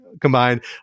combined